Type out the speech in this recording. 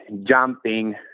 jumping